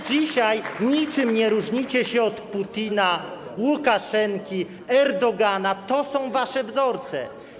Dzisiaj niczym nie różnicie się od Putina, Łukaszenki, Erdogana - to są wasze wzorce.